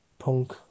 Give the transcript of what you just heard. Punk